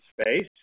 space